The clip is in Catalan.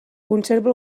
conserva